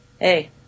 hey